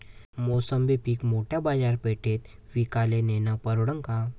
मोसंबी पीक मोठ्या बाजारपेठेत विकाले नेनं परवडन का?